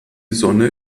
sonne